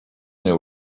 there